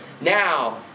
now